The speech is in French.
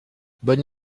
bonne